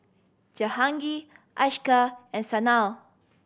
Jahangir Akshay and Sanal